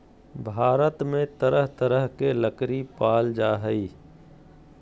भारत में तरह तरह के लकरी पाल जा हइ